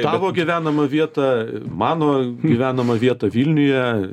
tavo gyvenamą vietą mano gyvenamą vietą vilniuje